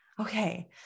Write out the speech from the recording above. Okay